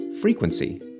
frequency